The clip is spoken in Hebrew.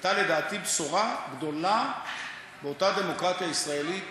הייתה לדעתי בשורה גדולה באותה דמוקרטיה ישראלית